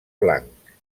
blanc